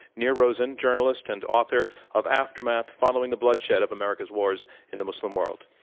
nir rosen, journalist and author of aftermath following the bloodshed of america's wars in the muslim world.